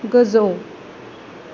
गोजौ